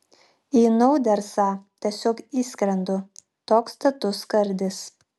į naudersą tiesiog įskrendu toks status skardis